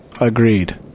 Agreed